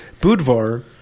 Budvar